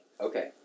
Okay